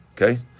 Okay